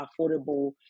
affordable